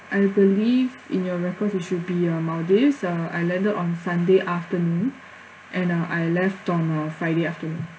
I believe in your reference it should be uh maldives uh I landed on sunday afternoon and uh I left on uh friday afternoon